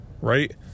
right